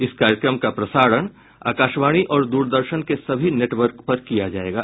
इस कार्यक्रम का प्रसारण आकाशवाणी और द्रदर्शन के सभी नेटवर्क पर किया जायेगा